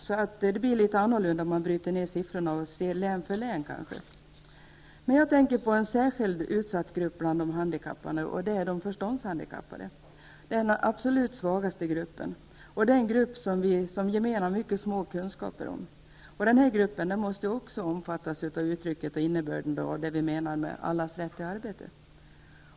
Om man bryter ut siffrorna och tar län för län blir det kanske litet annorlunda. Jag tänker på en särskilt utsatt grupp handikappade, nämligen de förståndshandikappade. Dessa utgör den absolut svagaste gruppen. Det är en grupp som vi gemenligen har mycket liten kunskap om. Också den här gruppen måste omfattas av det vi menar med uttrycket allas rätt till arbete.